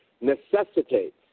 necessitates